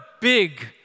big